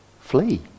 flee